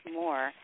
more